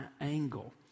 angle